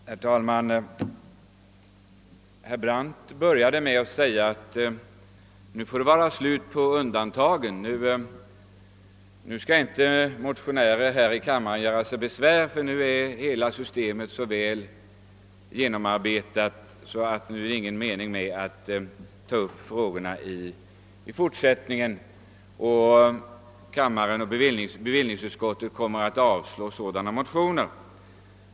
Herr talman! Herr Brandt började med att säga att nu får det vara slut på undantagen, nu skall inte motionärer här i kammaren göra sig besvär i fortsättningen. Hela systemet är så väl genomarbetat att det inte är någon mening med att ta upp ytterligare frågor i detta sammanhang. Och han tillade att bevillningsutskottet kommer att avstyrka och kammaren kommer att avslå sådana motioner.